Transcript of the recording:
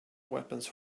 weapons